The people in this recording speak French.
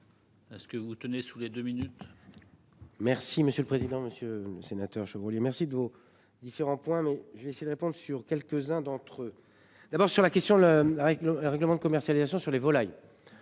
Est ce que vous tenez sous les 2 minutes.